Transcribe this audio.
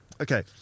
okay